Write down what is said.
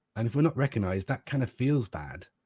and if we're not recognised, that kind of feels bad,